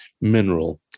mineral